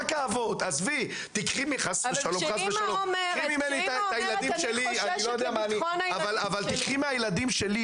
אבל כשאימא אומרת שהיא חוששת לביטחון הילדים שלה